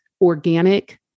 organic